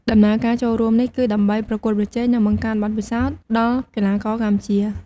ដំណើរការចូលរួមនេះ គឺដើម្បីប្រកួតប្រជែង និងបង្កើនបទពិសោធន៍ដល់កីឡាករកម្ពុជា។